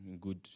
good